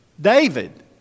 David